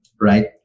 right